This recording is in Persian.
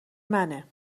منه